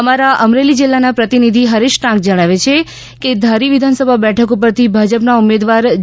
અમારા અમરેલી જીલ્લાના પ્રતિનિધિ હરેશ ટાંક જણાવે છે ધારી વિધાનસભા બેઠક ઉપરથી ભાજપના ઉમેદવાર જે